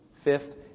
fifth